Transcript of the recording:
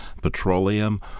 petroleum